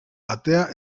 atea